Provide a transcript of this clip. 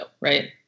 right